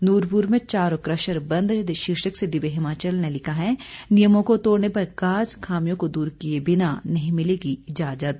नूरपुर में चार और कशर बंद शीर्षक से दिव्य हिमाचल ने लिखा है नियमों को तोड़ने पर गाज खामियों को दूर किए बिना नहीं मिलेगी इजाजत